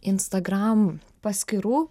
instagram paskyrų